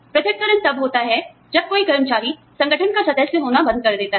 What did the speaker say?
पृथक्करणतब होता है जब कोई कर्मचारी संगठन का सदस्य होना बंद कर देता है